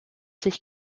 sich